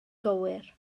gywir